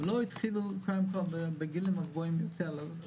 ולא התחילו בגילאים גבוהים יותר,